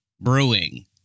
brewing